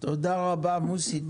תודה רבה, מוסי.